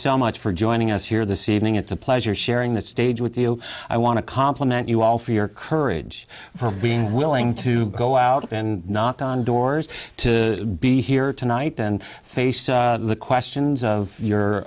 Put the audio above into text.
so much for joining us here this evening it's a pleasure sharing the stage with you i want to compliment you all for your courage for being willing to go out and knock on doors to be here tonight and face the questions of your